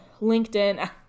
LinkedIn